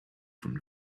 from